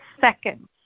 seconds